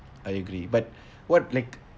I agree but what leg